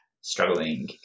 struggling